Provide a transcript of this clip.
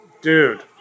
dude